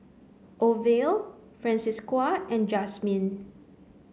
Orvil Francisqui and Jasmin